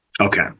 Okay